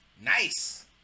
nice